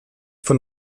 von